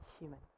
human